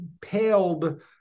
paled